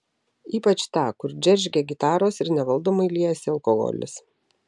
ypač tą kur džeržgia gitaros ir nevaldomai liejasi alkoholis